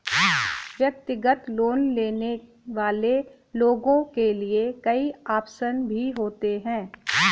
व्यक्तिगत लोन लेने वाले लोगों के लिये कई आप्शन भी होते हैं